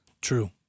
True